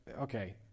okay